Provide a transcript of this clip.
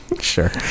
Sure